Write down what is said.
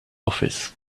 office